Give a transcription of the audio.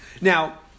Now